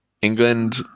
England